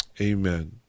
amen